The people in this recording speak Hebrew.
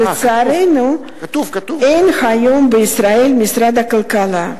לצערנו אין היום בישראל משרד כלכלה,